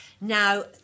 Now